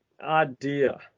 idea